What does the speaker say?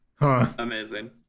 Amazing